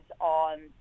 on